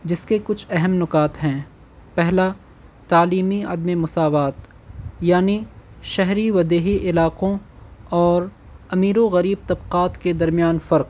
جس کے کچھ اہم نقات ہیں پہلا تعلیمی عدم مساوات یعنی شہری ودیہی علاقوں اور امیر و غریب طبقات کے درمیان فرق